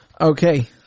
Okay